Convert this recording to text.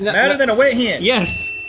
than and than a wet hen. yes.